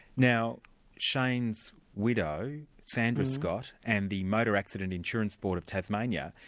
now shane's widow, sandra scott, and the motor accidents insurance board of tasmania,